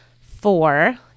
four